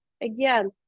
again